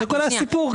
זה כל הסיפור כאן.